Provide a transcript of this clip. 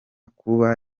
kuba